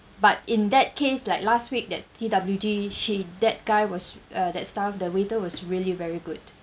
but in that case like last week that T_W_G she that guy was uh that staff the waiter was really very good